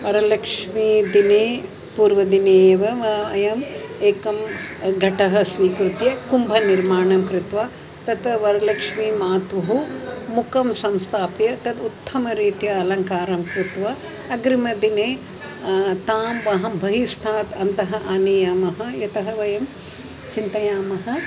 वरलक्ष्मी दिने पूर्वदिने एव व अयम् एकं घटं स्वीकृत्य कुम्भनिर्माणं कृत्वा तत्र वरलक्ष्मी मातुः मुखं संस्थाप्य तद् उत्तमरीत्या अलङ्कारं कृत्वा अग्रिमदिने तां वयं बहिस्तात् अन्तः आनयामः यतः वयं चिन्तयामः